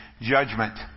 judgment